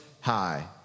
high